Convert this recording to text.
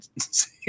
see